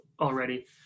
already